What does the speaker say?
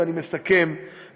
ואני מסכם,